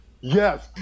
Yes